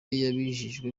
yabijeje